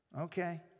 Okay